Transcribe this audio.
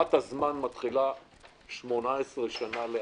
ספירת הזמן מתחילה 18 שנים לאחור.